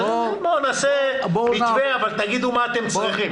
נעשה מתווה, אבל תגידו מה אתם צריכים.